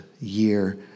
year